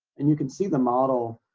and you can see the model.